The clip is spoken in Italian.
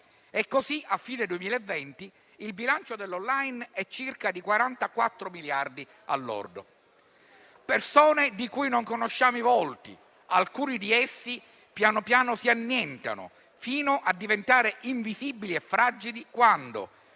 e così a fine 2020 il bilancio dell' *online* è di circa 44 miliardi al lordo. Persone di cui non conosciamo i volti: alcuni di essi piano piano si annientano fino a diventare invisibili e fragili quando,